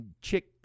chick